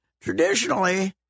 traditionally